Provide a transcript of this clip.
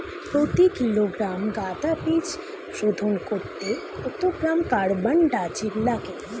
প্রতি কিলোগ্রাম গাঁদা বীজ শোধন করতে কত গ্রাম কারবানডাজিম লাগে?